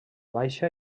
baixa